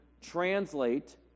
translate